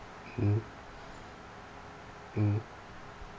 mmhmm mmhmm